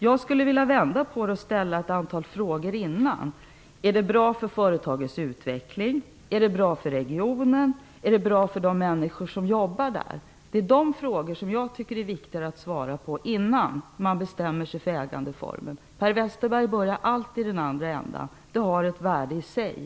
Jag skulle vilja vända på det och ställa ett antal frågor före försäljningen: Är detta bra för företagets utveckling, är det bra för regionen och för de människor som jobbar där? Det är dessa frågor som jag tycker att det är viktigt att svara på innan man bestämmer sig för ägandeformer. Per Westerberg börjar alltid i den andra ändan och säger: Det har ett värde i sig.